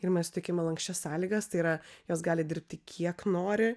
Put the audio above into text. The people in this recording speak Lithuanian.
ir mes tikime lanksčias sąlygas tai yra jos gali dirbti kiek nori